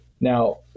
Now